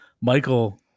Michael